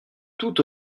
tout